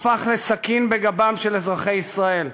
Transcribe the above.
הפך לסכין בגבם של אזרחי ישראל.